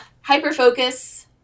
hyper-focus